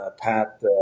Pat